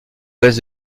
ouest